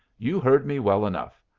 you heard me well enough.